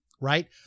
Right